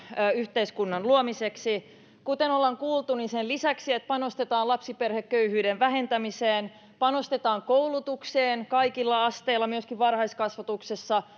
yhteiskunnan luomiseksi kuten olemme kuulleet niin sen lisäksi että panostetaan lapsiperheköyhyyden vähentämiseen ja panostetaan koulutukseen kaikilla asteilla myöskin varhaiskasvatuksessa